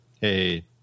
Hey